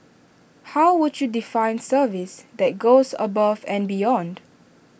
how would you define service that goes above and beyond